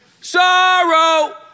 Sorrow